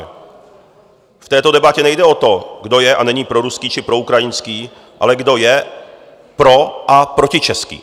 V této debatě nejde o to, kdo je a není proruský či proukrajinský, ale kdo je pro a protičeský.